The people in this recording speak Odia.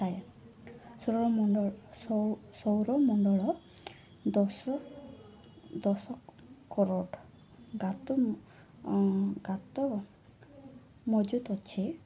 ଥାଏ ସୌରମଣ୍ଡଳ ସୌରମଣ୍ଡଳ ଦଶ ଦଶ କରଡ଼ ଗାତ ଗାତ ମହଜୁଦ ଅଛି